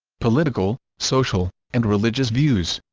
political, social, and religious views